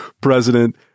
President